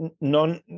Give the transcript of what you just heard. Non